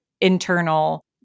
internal